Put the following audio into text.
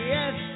Yes